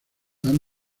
han